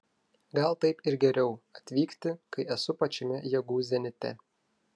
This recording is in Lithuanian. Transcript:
gal taip ir geriau atvykti kai esu pačiame jėgų zenite